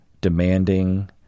demanding